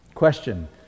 Question